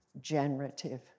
generative